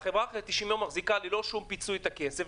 והחברה אחרי 90 יום מחזירה ללא שום פיצוי את הכסף,